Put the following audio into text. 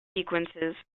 sequences